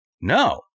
No